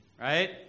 Right